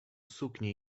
suknie